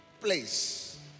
Place